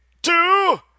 Two